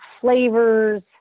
flavors